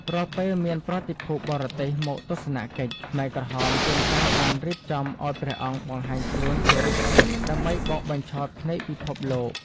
រាល់ពេលមានប្រតិភូបរទេសមកទស្សនកិច្ច ខ្មែរក្រហមជួនកាលបានរៀបចំឱ្យព្រះអង្គបង្ហាញខ្លួនជារូបភាពដើម្បីបោកបញ្ឆោតភ្នែកពិភពលោក។